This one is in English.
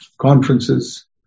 conferences